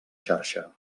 xarxa